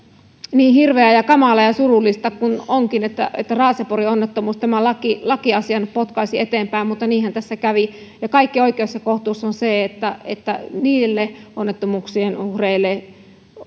niin hirveää ja kamalaa ja surullista kuin se onkin että raaseporin onnettomuus tämän lakiasian potkaisi eteenpäin mutta niinhän tässä kävi ja kaikki oikeus ja kohtuus on se että että niille onnettomuuksien uhreille